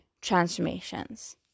transformations